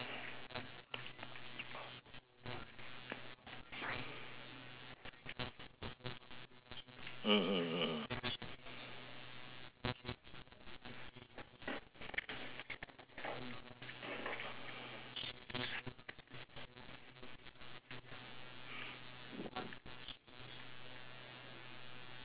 mmhmm